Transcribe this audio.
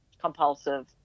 compulsive